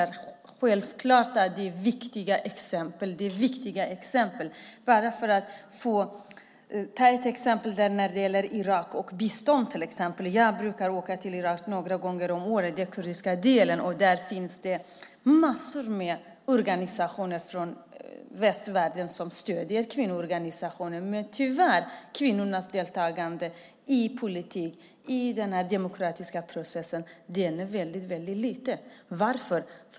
Men självfallet är det viktiga exempel. Jag ska ta ett exempel när det gäller Irak och biståndet. Jag brukar åka till Irak några gånger om året, till den kurdiska delen. Där finns massor med organisationer från västvärlden som stöder kvinnoorganisationer. Men kvinnornas deltagande i politiken och i den demokratiska processen är tyvärr väldigt liten. Varför?